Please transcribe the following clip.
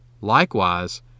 Likewise